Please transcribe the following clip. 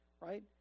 right